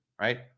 right